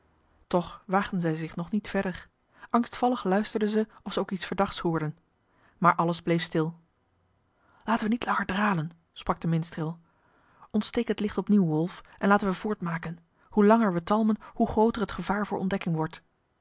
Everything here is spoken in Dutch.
toch waagden zij zich nog niet verder angstvallig luisterden zij of zij ook iets verdachts hoorden maar alles bleef stil laten we niet langer dralen sprak de minstreel ontsteek het licht opnieuw wolf en laten we voortmaken hoe langer we talmen hoe grooter het gevaar voor ontdekking wordt